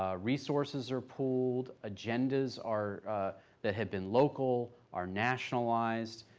ah resources are pooled agendas are that had been local are nationalized.